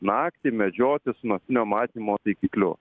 naktį medžioti su naktinio matymo taikikliu